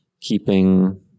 keeping